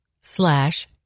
slash